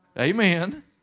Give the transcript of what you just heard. Amen